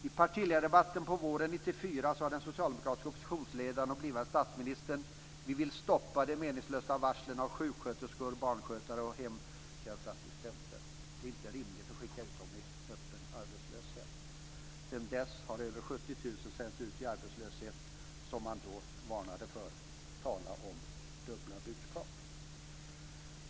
I partiledardebatten under våren 1994 sade den socialdemokratiska oppositionsledaren och blivande statsministern: "Vi vill stoppa de meningslösa varslen av sjuksköterskor, barnskötare och hemtjänstassistenter. Det är inte rimligt att skicka ut dem i öppen arbetslöshet." Sedan dess har över 70 000 sänts ut i den arbetslöshet som socialdemokraterna då varnade för. Tala om dubbla budskap!